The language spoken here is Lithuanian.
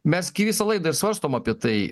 mes gi visą laidą ir svarstom apie tai